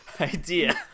idea